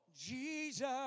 Jesus